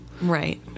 right